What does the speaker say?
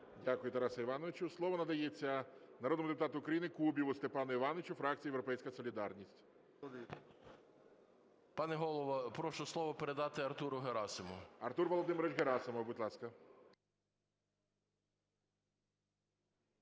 Дякую, Тарасе Івановичу. Слово надається народному депутату України Кубіву Степану Івановичу, фракція "Європейська солідарність". 10:06:40 КУБІВ С.І. Пане Голово, прошу слово передати Артуру Герасимову. ГОЛОВУЮЧИЙ. Артур Володимирович Герасимов, будь ласка.